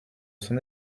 son